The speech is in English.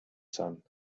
sun